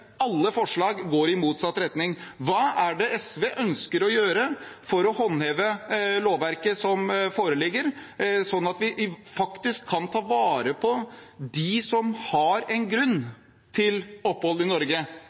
alle forslag går i motsatt retning. Hva er det SV ønsker å gjøre for å håndheve lovverket som foreligger, sånn at vi faktisk kan ta vare på dem som har en grunn til opphold i Norge?